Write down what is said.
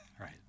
Right